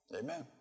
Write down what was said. Amen